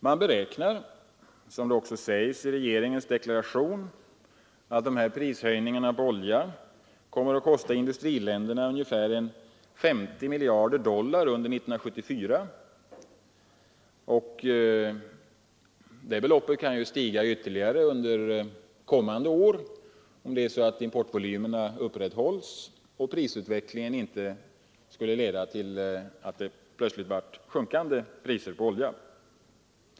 Man beräknar — som det också sägs i regeringens deklaration — att prishöjningarna på oljan kommer att kosta industriländerna ungefär 50 miljarder dollar under 1974, och det beloppet kan ju stiga ytterligare under kommande år, om importvolymerna upprätthålls och priserna inte faller.